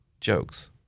jokes